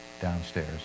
downstairs